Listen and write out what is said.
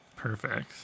perfect